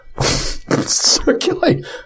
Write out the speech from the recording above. circulate